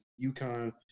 UConn